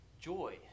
joy